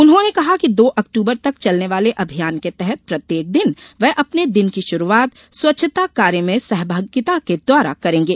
उन्होंने कहा कि दो अक्टूबर तक चलने वाले अभियान के तहत प्रत्येक दिन वे अपने दिन की शुरूआत स्वच्छताकार्य में सहभागिता के द्वारा करेंगे